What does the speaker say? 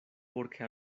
porque